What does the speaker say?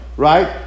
Right